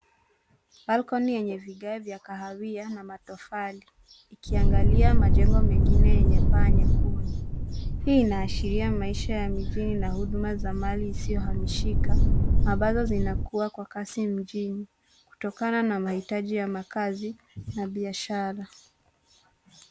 Balcony yenye vigae vya kahawia na matofali, ikiangalia majengo mengine yenye paa nyekundu. Hii inaashiria maisha ya mijini na huduma za mali isiyo hamishika, ambazo zinakua kwa kasi mjini kutokana na mahitaji ya makazi na biashara.